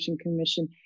Commission